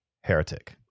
heretic